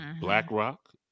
BlackRock